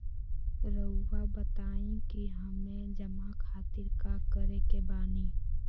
रहुआ बताइं कि हमें जमा खातिर का करे के बानी?